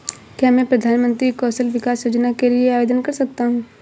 क्या मैं प्रधानमंत्री कौशल विकास योजना के लिए आवेदन कर सकता हूँ?